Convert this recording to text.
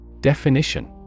Definition